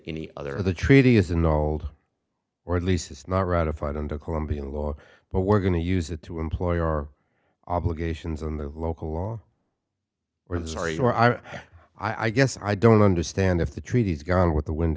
any other the treaty is an old or at least it's not ratified and a colombian law but we're going to use it to employ our obligations on the local law or i'm sorry or i i guess i don't understand if the treaties gone with the wind